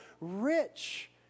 rich